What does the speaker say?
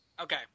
Okay